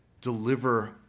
Deliver